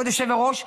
כבוד היושב-ראש,